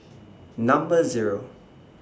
Number Zero